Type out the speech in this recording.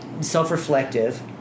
self-reflective